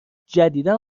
جدیدا